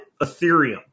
Ethereum